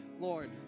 Lord